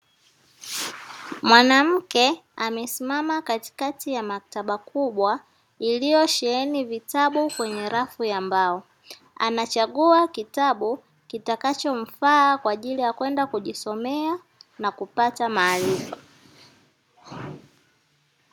Mwanamke amesimama katikati ya maktaba kubwa; iliyosheheni vitabu kwenye rafu ya mbao. Anachagua kitabu kitakachomfaa kwa ajili ya kwenda kujisomea na kupata maarifa.